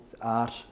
art